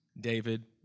David